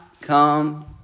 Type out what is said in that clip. come